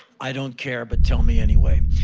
i don't care, but tell me anyway.